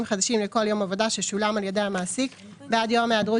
חדשים לכל יום עבודה ששולם על ידי המעסיק בעד יום היעדרות